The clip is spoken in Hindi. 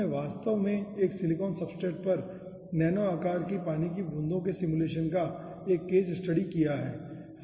हमने वास्तव में एक सिलिकॉन सब्सट्रेट पर नैनो आकार की पानी की बूंदों के सिमुलेशन का एक केस स्टडी किया है